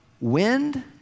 wind